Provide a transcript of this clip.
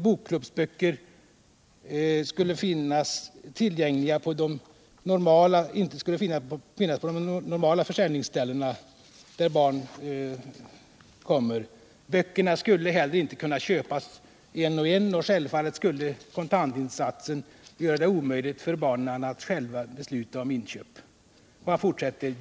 bokklubbsböcker inte på normala villkor skulle finnas tillgängliga på de försäljningsställen barn besöker. Böckerna skulle heller inte kunna köpas en och en, och självfallet skulle kontantinsatsen göra det omöjligt för barnen att själva besluta om inköp.